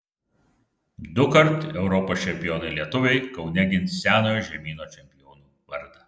dukart europos čempionai lietuviai kaune gins senojo žemyno čempionų vardą